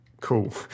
cool